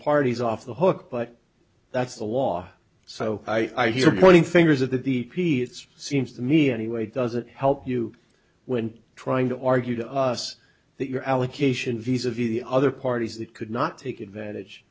parties off the hook but that's the law so i hear pointing fingers at the p c it's seems to me anyway doesn't help you when trying to argue to us that your allocation visa view the other parties that could not take advantage